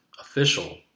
official